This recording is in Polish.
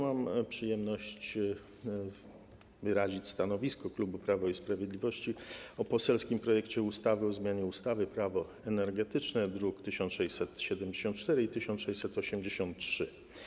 Mam przyjemność wyrazić stanowisko klubu Prawa i Sprawiedliwości odnośnie do poselskiego projektu ustawy o zmianie ustawy - Prawo energetyczne, druki nr 1674 i 1683.